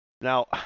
Now